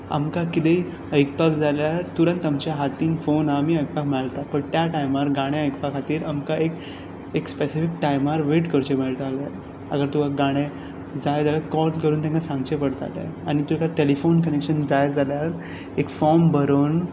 आमकां कितेंय आयकपाक जाय जाल्यार तुरंत आमच्या हातींत फोन आसा आमी आयकपाक शकता बट त्या टायमार गाणें आयकपा खातीर आमकां एक स्पॅसिफीक टायमार वेयट करचें पडटालें गाणें जाय जाल्यार कॉल करून तेंका सांगचें पडटालें टॅलिफोन कनेक्शन जाय जाल्यार एक फोर्म भरून